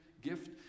gift